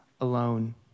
alone